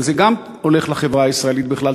וזה גם הולך לחברה הישראלית בכלל,